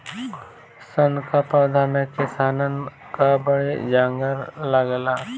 सन कअ पौधा में किसानन कअ बड़ी जांगर लागेला